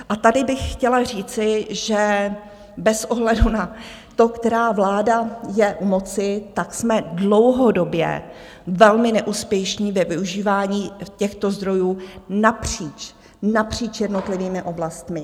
A tady bych chtěla říci, že bez ohledu na to, která vláda je u moci, tak jsme dlouhodobě velmi neúspěšní ve využívání těchto zdrojů napříč jednotlivými oblastmi.